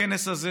הכנס הזה,